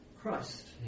Christ